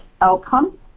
outcome